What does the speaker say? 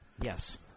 Yes